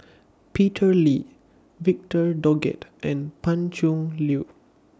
Peter Lee Victor Doggett and Pan Cheng Lui